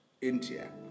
India